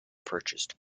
purchased